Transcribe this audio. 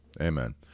Amen